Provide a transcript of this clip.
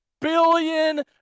billion